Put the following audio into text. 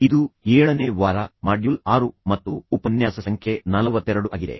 ಇದು ಏಳನೇ ವಾರ ಮಾಡ್ಯೂಲ್ 6 ಮತ್ತು ಉಪನ್ಯಾಸ ಸಂಖ್ಯೆ 42 ಆಗಿದೆ